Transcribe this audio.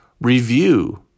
review